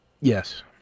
Yes